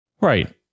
Right